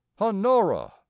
Honora